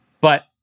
But-